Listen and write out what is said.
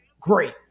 great